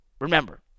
remember